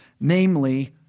namely